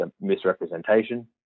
misrepresentation